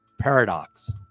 Paradox